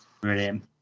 brilliant